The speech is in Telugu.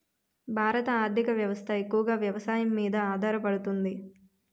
భారత ఆర్థిక వ్యవస్థ ఎక్కువగా వ్యవసాయం మీద ఆధారపడుతుంది